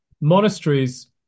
Monasteries